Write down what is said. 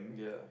yeah